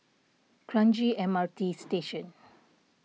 Kranji M R T Station